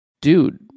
dude